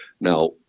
now